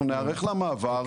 אנחנו ניערך למעבר.